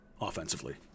offensively